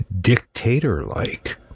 dictator-like